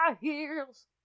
Heels